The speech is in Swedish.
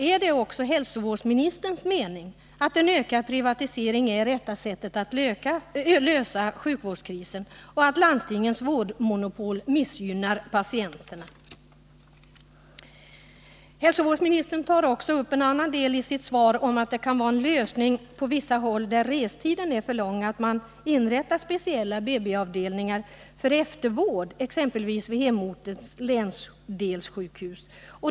Är det också hälsovårdsministerns mening att en ökad privatisering är rätta sättet att lösa sjukvårdskrisen och att landstingens vårdmonopol missgynnar patienterna? Hälsovårdsministern säger i sitt svar att på vissa håll där resvägen är lång kan en lösning vara att man inrättar speciella BB-avdelningar för eftervård exempelvis vid hemortens länsdelssjukhus.